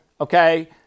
okay